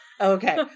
Okay